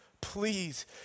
Please